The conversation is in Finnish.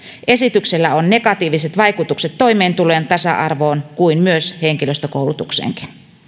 esityksellä on negatiiviset vaikutukset niin toimeentuloon tasa arvoon kuin henkilöstökoulutukseenkin